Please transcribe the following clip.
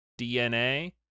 DNA